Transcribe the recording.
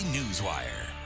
Newswire